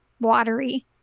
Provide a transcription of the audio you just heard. watery